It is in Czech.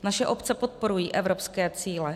Naše obce podporují evropské cíle.